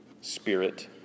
Spirit